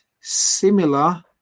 similar